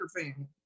fan